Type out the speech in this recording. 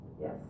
Yes